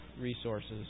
resources